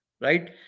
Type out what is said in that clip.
right